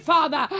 Father